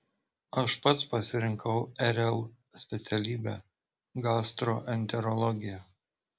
aš pats pasirinkau rl specialybę gastroenterologiją